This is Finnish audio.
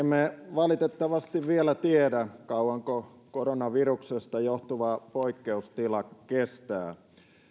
valitettavasti vielä tiedä kauanko koronaviruksesta johtuva poikkeustila kestää